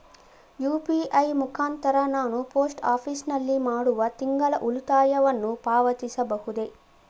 UPI ಮುಖಾಂತರ ನಾನು post office ನಲ್ಲಿ ಮಾಡುವ ತಿಂಗಳ ಉಳಿತಾಯವನ್ನು ಪಾವತಿಸಬಹುದೇ?